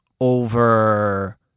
over